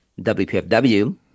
WPFW